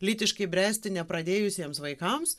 lytiškai bręsti nepradėjusiems vaikams